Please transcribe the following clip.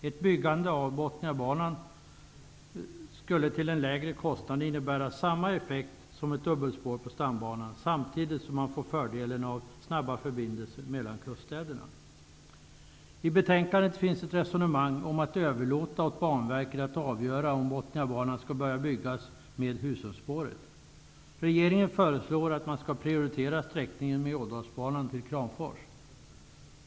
Ett byggande av Bothniabanan skulle, till en lägre kostnad, få samma effekt som ett dubbelspår på stambanan, samtidigt som man skulle få fördelen av snabba förbindelser mellan kuststäderna. I betänkandet finns ett resonemang om att överlåta åt Banverket att avgöra om Bothniabanan skall påbörjas med Husumspåret. Regeringen föreslår att man skall prioritera sträckningen med Ådalsbanan till Kramfors.